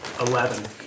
Eleven